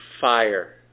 fire